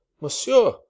Monsieur